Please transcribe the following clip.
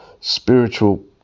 spiritual